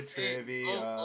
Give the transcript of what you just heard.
Trivia